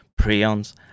prions